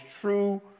true